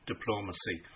diplomacy